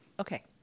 Okay